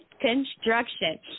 construction